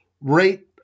rate